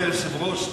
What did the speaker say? כבוד היושב-ראש,